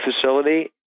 facility